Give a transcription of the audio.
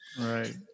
Right